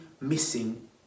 missing